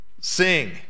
Sing